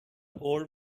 old